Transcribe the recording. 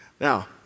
Now